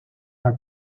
haar